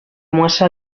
muestra